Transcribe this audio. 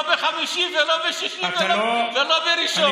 לא בחמישי ולא בשישי ולא בראשון.